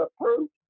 approved